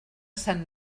sant